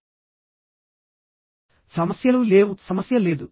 ఇప్పుడు స్వచ్ఛంద శరీర భాషకు ఎటువంటి సమస్యలు లేవు సమస్య లేదు